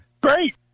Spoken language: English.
Great